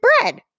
bread